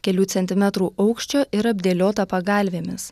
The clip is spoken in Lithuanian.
kelių centimetrų aukščio ir apdėliota pagalvėmis